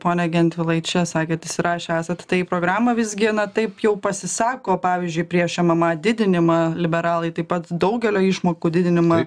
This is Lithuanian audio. pone gentvilai čia sakėt įsirašę esat tai į programą visgi na taip jau pasisako pavyzdžiui prieš mma didinimą liberalai taip pat daugelio išmokų didinimą